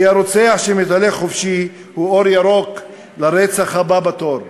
כי הרוצח שמהלך חופשי הוא אור ירוק לרצח הבא בתור.